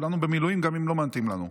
כולנו במילואים, גם אם לא מתאים לנו.